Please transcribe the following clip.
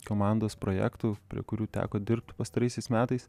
komandos projektų prie kurių teko dirbti pastaraisiais metais